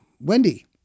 Wendy